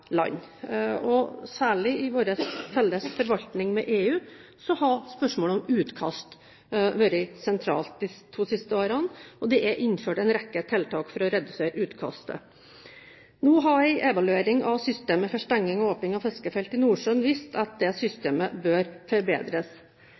Særlig i vår felles forvaltning med EU har spørsmålet om utkast vært sentralt de to siste årene, og det er innført en rekke tiltak for å redusere utkastet. En evaluering av systemet for stenging og åpning av fiskefelt i Nordsjøen viste at